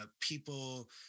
people